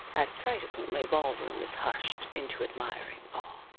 at sight of whom a ball-room is hushed into admiring awe.